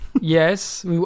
Yes